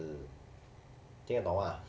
听得懂吗